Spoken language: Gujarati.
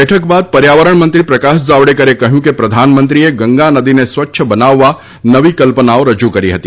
બેઠક બાદ પર્યાવરણ મંત્રી પ્રકાશ જાવડેકરે કહ્યું કે પ્રધાનમંત્રીએ ગંગા નદીને સ્વચ્છ બનાવવા નવી કલ્પનાઓ રજૂ કરી હતી